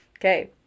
Okay